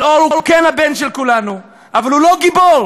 אלאור הוא כן הבן של כולנו, אבל הוא לא גיבור,